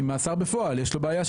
עם מאסר בפועל יש לו בעיה של מאסר בפועל.